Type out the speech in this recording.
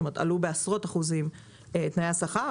כלומר עלו בעשרות אחוזים תנאי השכר,